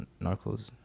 narcos